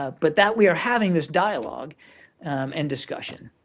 ah but that we are having this dialogue and discussion,